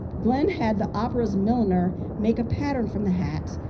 glenn had the opera's milliner made a pattern from the hat.